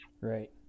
Right